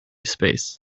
space